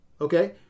Okay